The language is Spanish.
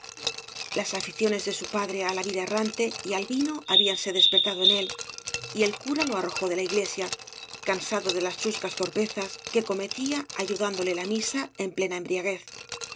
las aficiones de su padre á la vida errante y al viuo habíanse despertado en él y el cura lo arrojó de la iglebia cansado de las chuecas torpezas que cometía ayu dándole la misa en plena embriaguez